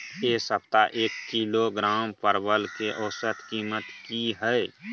ऐ सप्ताह एक किलोग्राम परवल के औसत कीमत कि हय?